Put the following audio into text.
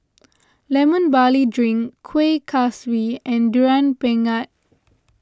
Lemon Barley Drink Kuih Kaswi and Durian Pengat